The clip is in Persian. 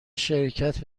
شرکت